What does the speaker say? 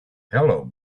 hello